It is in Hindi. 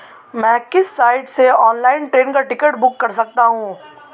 मैं किस साइट से ऑनलाइन ट्रेन का टिकट बुक कर सकता हूँ?